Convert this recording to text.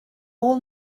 all